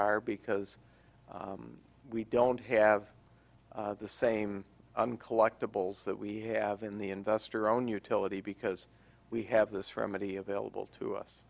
are because we don't have the same collectables that we have in the investor own utility because we have this remedy available to us